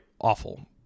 awful